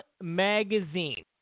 Magazine